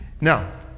now